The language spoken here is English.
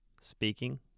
speaking